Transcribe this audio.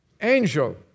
angel